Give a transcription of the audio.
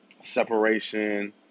separation